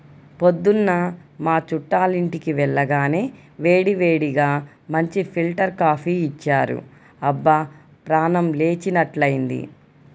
పొద్దున్న మా చుట్టాలింటికి వెళ్లగానే వేడివేడిగా మంచి ఫిల్టర్ కాపీ ఇచ్చారు, అబ్బా ప్రాణం లేచినట్లైంది